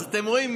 אתם רואים,